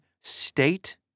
state